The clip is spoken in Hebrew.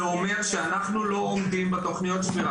זה אומר שאנחנו לא עומדים בתוכניות שמירה